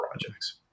projects